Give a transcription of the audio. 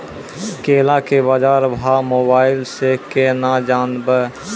केला के बाजार भाव मोबाइल से के ना जान ब?